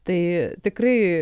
tai tikrai